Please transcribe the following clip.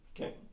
Okay